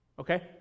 Okay